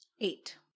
Eight